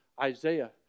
Isaiah